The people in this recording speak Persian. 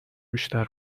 بیشتر